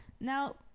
Now